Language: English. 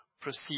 proceed